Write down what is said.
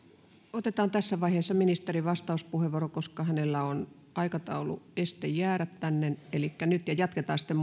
otetaan tässä vaiheessa ministerin vastauspuheenvuoro elikkä nyt koska hänellä on aikataulueste jäädä tänne ja jatketaan sitten